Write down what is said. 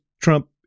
Trump